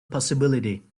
possibility